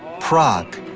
prague,